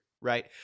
right